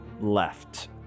left